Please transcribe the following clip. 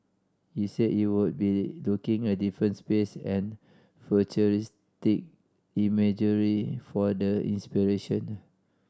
he said he would be looking at different space and futuristic imagery for the inspiration